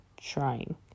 trying